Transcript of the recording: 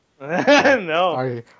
No